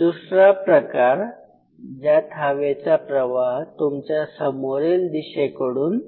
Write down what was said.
दुसरा प्रकार ज्यात हवेचा प्रवाह तुमच्या समोरील दिशेकडून